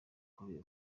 kubera